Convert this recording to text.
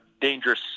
dangerous